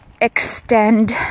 extend